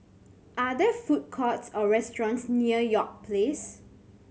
are there food courts or restaurants near York Place